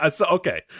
Okay